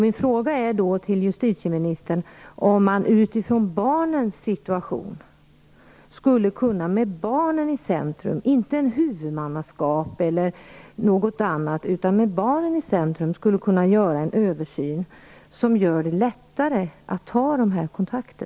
Min fråga till justitieministern är om man utifrån barnens situation, med barnen i centrum och inte med huvudmannaskapet i centrum, skulle kunna göra en översyn som gör det lättare att ta dessa kontakter.